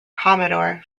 commodore